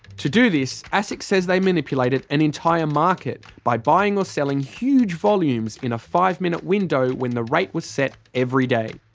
to do this, asic says they manipulated an entire market by buying or selling huge volumes in a five-minute window when the rate was set every day.